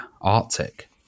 arctic